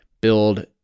build